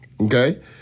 Okay